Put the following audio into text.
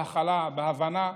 בהכלה ובהבנה.